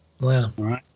Wow